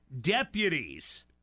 deputies